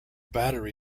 battery